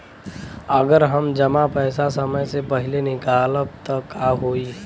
अगर हम जमा पैसा समय से पहिले निकालब त का होई?